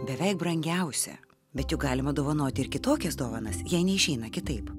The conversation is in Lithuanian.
beveik brangiausia bet juk galima dovanoti ir kitokias dovanas jei neišeina kitaip